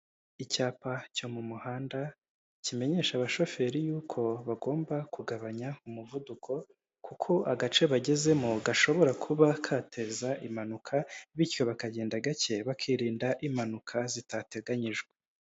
Icyapa cyo mu muhanda kimenyesha abashoferi yuko bagomba kugabanya umuvuduko kuko agace bagezemo gashobora kuba kateza impanuka bityo bakagenda gake bakirinda impanuka zitateganyijwe.